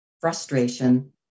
frustration